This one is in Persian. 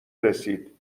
رسید